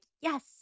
yes